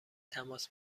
تماس